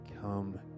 Come